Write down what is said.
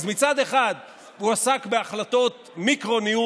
אז מצד אחד הוא עסק בהחלטות מיקרו-ניהול,